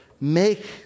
Make